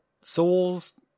Souls